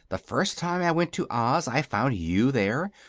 the first time i went to oz i found you there,